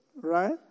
right